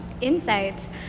insights